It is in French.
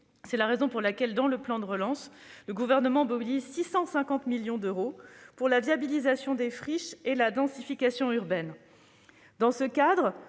C'est la raison pour laquelle, dans le plan de relance, le Gouvernement mobilise 650 millions d'euros pour la viabilisation des friches et la densification urbaine. Dans ce cadre,